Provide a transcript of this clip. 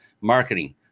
Marketing